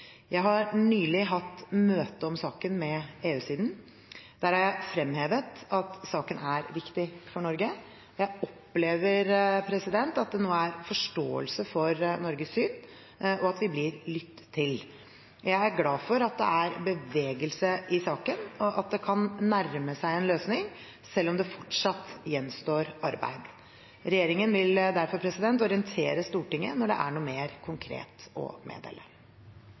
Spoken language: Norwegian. Jeg har nylig hatt møte om saken med EU-siden. Der har jeg fremhevet at saken er viktig for Norge. Jeg opplever at det nå er forståelse for Norges syn, og at vi blir lyttet til. Jeg er glad for at det er bevegelse i saken, og at det kan nærme seg en løsning, selv om det fortsatt gjenstår arbeid. Regjeringen vil derfor orientere Stortinget når det er noe mer konkret å meddele.